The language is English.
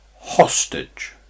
hostage